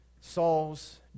Saul's